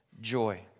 joy